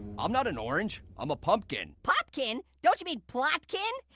i'm not an orange i'm a pumpkin. popkin? don't you mean plotkin?